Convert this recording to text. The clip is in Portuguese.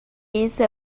isso